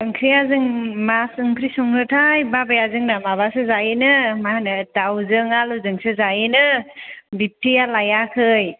ओंख्रिया जों मा ओंख्रि संनोथाय बाबाया जोंना माबासो जायो नो मा होनो दाउजों आलुजोंसो जायो नो बिबथैआ लायाखै